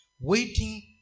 waiting